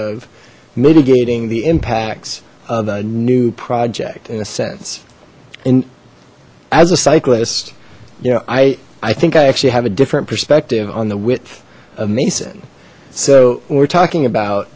of mitigating the impacts of a new project in a sense and as a cyclist you know i i think i actually have a different perspective on the width of mason so we're talking about